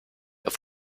auf